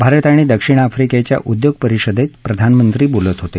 भारत आणि दक्षिण ऑफ्रिकेच्या उद्योग परिषदेत प्रधानमंत्री बोलत होते